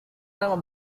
nama